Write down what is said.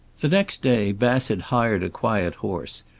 the next day bassett hired a quiet horse,